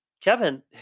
Kevin